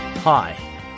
Hi